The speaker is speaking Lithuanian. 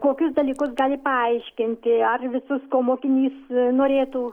kokius dalykus gali paaiškinti ar visus ko mokinys norėtų